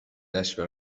جشن